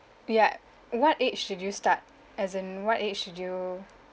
ya what age did you start as in what age did you